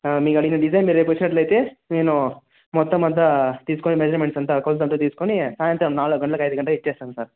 ఆ మీరు అడిగిన డిజైన్ మీరు రేపు వచ్చినట్లయితే నేను మొత్తమంతా తీసుకుని మెజర్మెంట్స్ అంతా కొలత అంతా తీసుకుని సాయంత్రం నాలుగు గంటలకు ఐదు గంటలకు ఇస్తాను సార్